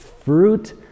fruit